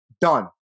done